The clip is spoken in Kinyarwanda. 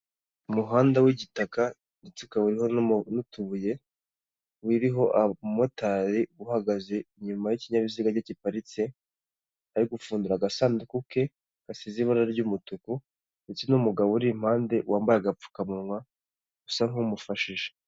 Umuhanda w'igitaka ndetse ukaba uriho n'utubuye, uriho umumotari uhagaze inyuma y'ikinyabiziga ke giparitse, ari gupfundura agasanduku ke, gasize ibara ry'umutuku ndetse n'umugabo uri impande wambaye agapfukamunwa, usa nk'umufashije